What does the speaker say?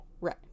right